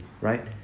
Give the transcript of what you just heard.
right